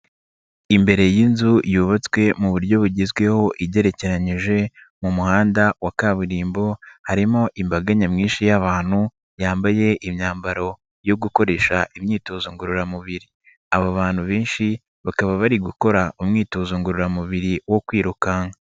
Imbere y'inzu yubatswe mu buryo bugezweho igerekeranyije mu muhanda wa kaburimbo harimo imbaga nyamwinshi y'abantu yambaye imyambaro yo gukoresha imyitozo ngororamubiri aba bantu benshi bakaba bari gukora umwitozo ngororamubiri wo kwirukanka.